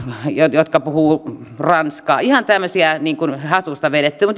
jotka puhuvat ranskaa ihan tämmöisiä hatusta vedettyjä